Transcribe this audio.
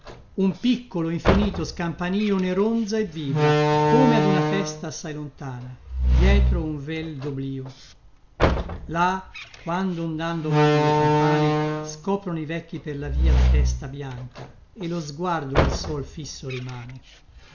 un piccolo infinito scampando ne ronza e vibra come duna festa assai lontana dietro un vel doblio là quando ondando vanno le campane scoprono i vecchi per la via la testa bianca e lo sguardo al suoi fisso rimane